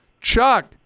Chuck